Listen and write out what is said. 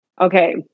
okay